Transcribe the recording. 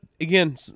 Again